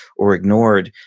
or ignored,